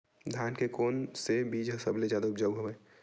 धान के कोन से बीज ह सबले जादा ऊपजाऊ हवय?